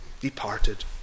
departed